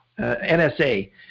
NSA